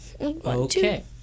Okay